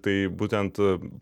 tai būtent